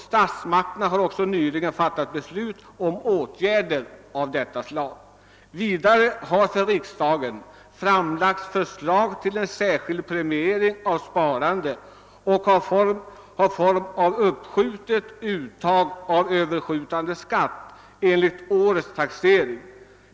Statsmakterna har också nyligen fattat beslut om åtgärder av detta slag. Vidare har för riksdagen framlagts förslag till en särskild premiering av sparande som har formen av uppskjutet uttag av överskjutande skatt enligt årets taxering.